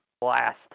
blast